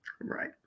right